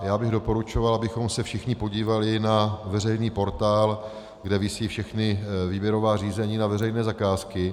Já bych doporučoval, abychom se všichni podívali na veřejný portál, kde visí všechna výběrová řízení na veřejné zakázky.